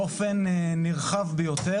באופן נרחב ביותר.